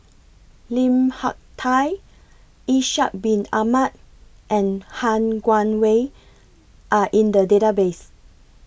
Lim Hak Tai Ishak Bin Ahmad and Han Guangwei Are in The Database